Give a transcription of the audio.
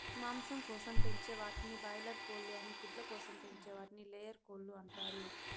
మాంసం కోసం పెంచే వాటిని బాయిలార్ కోళ్ళు అని గుడ్ల కోసం పెంచే వాటిని లేయర్ కోళ్ళు అంటారు